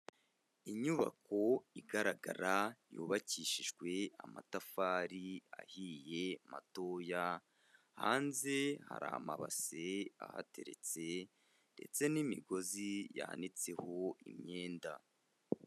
Inyubako igaragara yubakishijwe amatafari ahiye matoya, hanze hari amabasi ahateretse ndetse n'imigozi yanitseho imyenda.